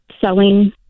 selling